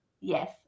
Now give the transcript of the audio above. Yes